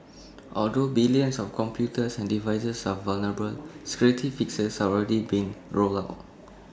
although billions of computers and devices are vulnerable security fixes are already being rolled out